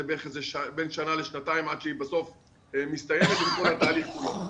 בין שנה לשנתיים עד שהיא בסוף מסתיימות עם כל התהליך כולו.